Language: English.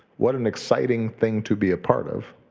what an exciting thing to be a part of